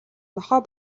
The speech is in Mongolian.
нохой